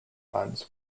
runs